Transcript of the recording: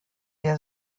der